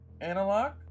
Analog